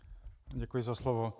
Děkuji za slovo.